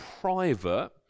private